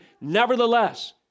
Nevertheless